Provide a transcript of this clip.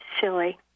silly